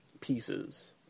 pieces